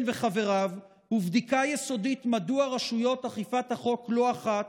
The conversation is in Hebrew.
וחבריו ובדיקה יסודית מדוע רשויות אכיפת החוק לא אחת